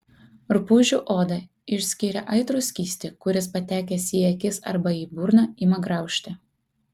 rupūžių oda išskiria aitrų skystį kuris patekęs į akis arba į burną ima graužti